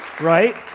Right